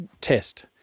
test